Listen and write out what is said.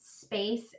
space